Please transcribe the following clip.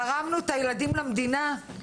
אנחנו תרמנו את הילדים למדינה.